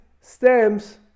stems